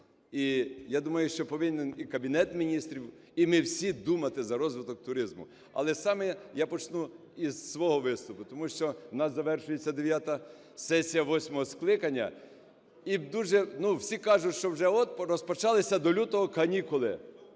І я думаю, що повинен і Кабінет Міністрів, і ми всі думати за розвиток туризму. Але саме я почну із свого виступу. Тому що в нас завершується дев'ята сесія VIII скликання і дуже… Ну всі кажуть, що от розпочалися до лютого канікули.